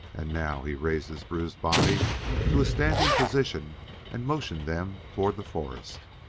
and now he raised his bruised body to a standing position and motioned them toward the forest.